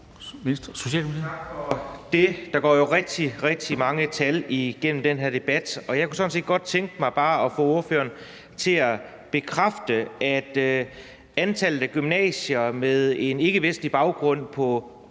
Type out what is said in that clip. Tak for det. Der går jo rigtig, rigtig mange tal igennem den her debat, og jeg kunne sådan set godt tænke mig bare at få ordføreren til at bekræfte, at antallet af gymnasier, hvor der er 40 pct.